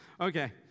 Okay